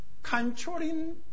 Controlling